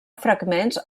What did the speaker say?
fragments